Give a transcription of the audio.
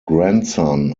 grandson